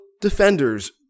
defenders